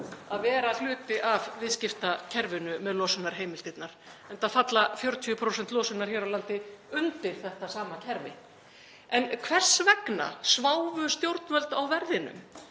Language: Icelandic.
að vera hluti af viðskiptakerfinu með losunarheimildirnar, enda falla 40% losunar hér á landi undir þetta sama kerfi. En hvers vegna sváfu stjórnvöld á verðinum?